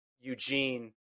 Eugene